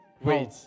wait